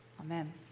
Amen